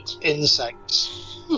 insects